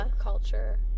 culture